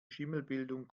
schimmelbildung